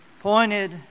pointed